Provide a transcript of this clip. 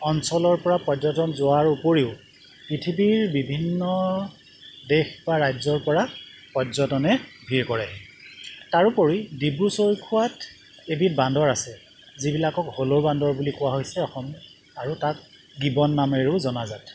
অঞ্চলৰপৰা পৰ্যটন যোৱাৰ উপৰিও পৃথিৱীৰ বিভিন্ন দেশ বা ৰাজ্যৰপৰা পৰ্যটনে ভিৰ কৰে তাৰোপৰি ডিব্ৰু চৈখোৱাত এবিধ বান্দৰ আছে যিবিলাকক হ'লৌ বান্দৰ বুলি কোৱা হৈছে অসম আৰু তাক গিবন নামেৰেও জনাজাত